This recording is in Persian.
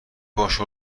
باشه